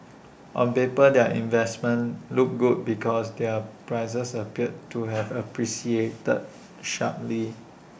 on paper their investments look good because their prices appeared to have appreciated sharply